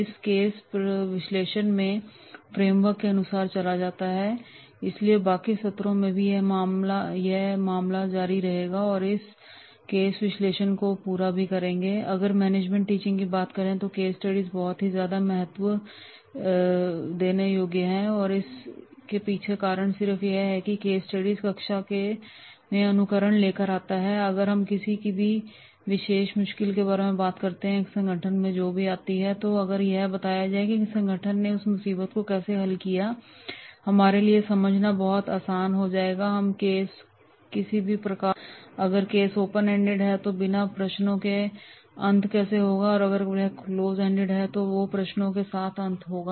इस केस विश्लेषण में फ्रेमवर्क के अनुसार चला जाता है इसलिए बाकी सत्रों में भी यह मामला जारी रहेगा और हम इस केस विश्लेषण को पूरा भी करेंगे अगर मैनेजमेंट टीचिंग की बात आती है तो केस स्टडीज को बहुत ज्यादा महत्व दिया गया है और इसके पीछे का कारण यह है कि केस स्टडीज कक्षा में अनुकरण लेकर आता है अगर हम किसी भी एक विशेष मुश्किल के बारे में जो एक संगठन में आती है और अगर यह भी बताया जाए कि उस संगठन ने उस मुसीबत को कैसे हल किया तो यह हमारे लिए समझना बहुत आसान हो जाएगा अब केस किसी भी प्रकार का हो सकता है ओपन एंडेड भी और क्लोज एंडेड भी अगर केस ओपन एंडेड है तो वह बिना प्रश्नों के अंत होगा और अगर वह क्लोज एंडेड है तो वह प्रश्नों के साथ अंत होगा